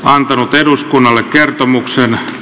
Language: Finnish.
antanut eduskunnalle kertomuksena